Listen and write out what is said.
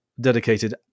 dedicated